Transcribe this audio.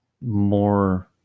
more